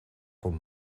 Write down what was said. com